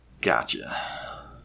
Gotcha